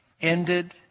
ended